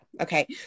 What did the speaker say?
Okay